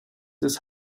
des